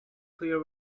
clear